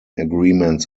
agreements